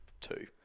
two